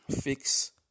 fix